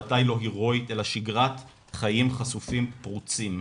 ודאי לא הרואית אלא שגרת חיים חשופים פרוצים,